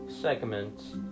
segments